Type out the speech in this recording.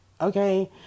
okay